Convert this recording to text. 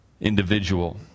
individual